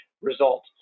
result